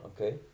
okay